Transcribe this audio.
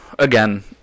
Again